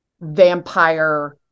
vampire